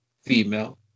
female